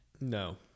No